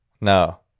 no